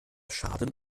schaden